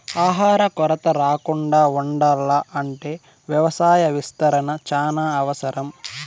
ఆహార కొరత రాకుండా ఉండాల్ల అంటే వ్యవసాయ విస్తరణ చానా అవసరం